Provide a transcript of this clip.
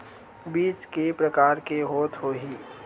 बीज के प्रकार के होत होही?